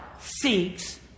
seeks